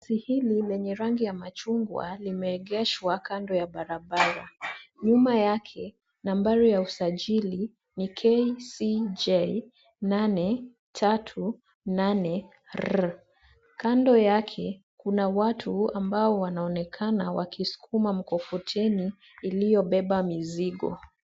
Gari hili lenye rangi ya machungwa limeegeshwa kando ya barabara. Nyuma yake nambari ya usajili ni KCJ 838R. Kando yake, kuna watu ambao wanaonekana wakisukuma mikokoteni iliyobeba mizigo.